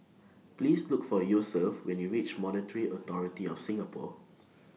Please Look For Yosef when YOU REACH Monetary Authority of Singapore